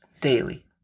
daily